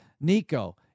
Nico